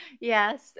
Yes